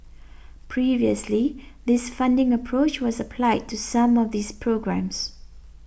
previously this funding approach was applied to some of these programmes